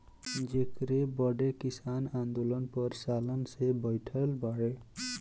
जेकरे बदे किसान आन्दोलन पर सालन से बैठल बाड़े